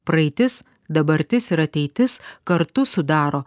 praeitis dabartis ir ateitis kartu sudaro